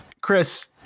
Chris